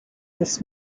this